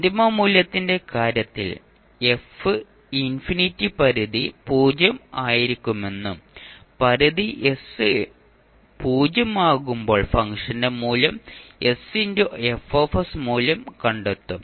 അന്തിമ മൂല്യത്തിന്റെ കാര്യത്തിൽ f ഇൻഫിനിറ്റി പരിധി 0 ആയിരിക്കുമെന്നും പരിധി s 0 ആകുമ്പോൾ ഫംഗ്ഷൻ sF മൂല്യം കണ്ടെത്തും